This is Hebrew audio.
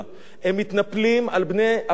הם מתנפלים על בני הפלאשמורה,